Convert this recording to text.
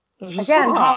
Again